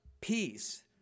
peace